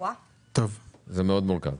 אנחנו נכניס גם בסעיף 2 שמדבר על איחוד העוסקים,